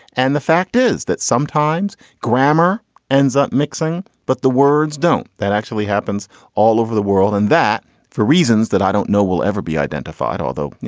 and the fact is that sometimes grammar ends up mixing, but the words don't. that actually happens all over the world and that for reasons that i don't know will ever be identified. although, you